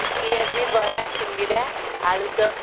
ପିଆଜି ବରା ସିଙ୍ଗଡ଼ା ଆଳୁଚପ